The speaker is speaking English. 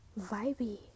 vibey